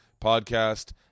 podcast